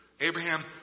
Abraham